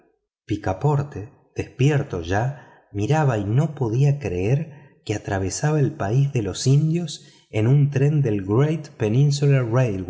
picaporte despierto ya miraba y no podía creer que atravesaba el país de los indios en un tren del great peninsular